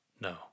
no